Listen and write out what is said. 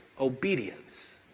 obedience